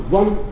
one